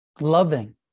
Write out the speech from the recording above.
loving